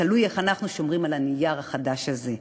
ותלוי איך אנחנו שומרים על הנייר החדש הזה.